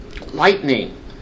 lightning